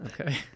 Okay